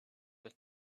with